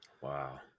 Wow